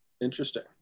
Interesting